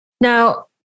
Now